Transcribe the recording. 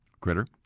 critter